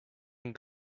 and